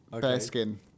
Bearskin